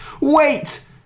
Wait